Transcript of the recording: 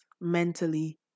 mentally